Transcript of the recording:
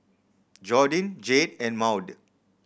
Jordyn Jayde and Maude